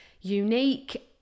unique